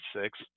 six